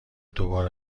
دوباره